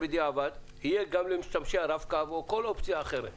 יהיה גם למשתמשי הרב-קו, או כל אופציה אחרת.